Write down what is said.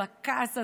בכעס הזה,